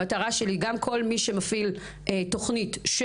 המטרה שלי היא שכל מי שמפעיל תוכנית של